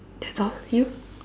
that's all you